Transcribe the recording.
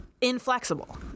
inflexible